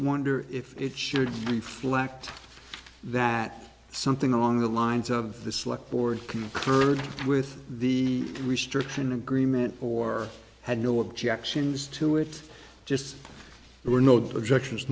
wonder if it should be flack that something along the lines of the select board concurred with the restriction agreement or had no objections to it just there were no objections